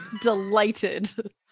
Delighted